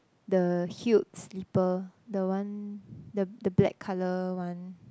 the heeled slipper the one the the black colour one